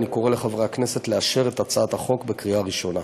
אני קורא לחברי הכנסת לאשר את הצעת החוק בקריאה ראשונה.